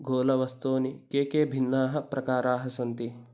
घोलवस्तूनि के के भिन्नाः प्रकाराः सन्ति